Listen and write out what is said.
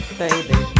baby